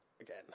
again